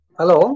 hello